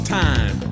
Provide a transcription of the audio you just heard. time